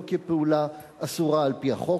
ולא כפעולה אסורה על-פי החוק.